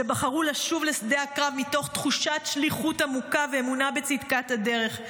שבחרו לשוב לשדה הקרב מתוך תחושת שליחות עמוקה ואמונה בצדקת הדרך.